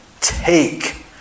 take